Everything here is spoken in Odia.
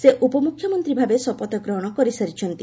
ସେ ଉପମ୍ରଖ୍ୟମନ୍ତ୍ରୀଭାବେ ଶପଥ ଗ୍ରହଣ କରିସାରିଛନ୍ତି